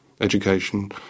education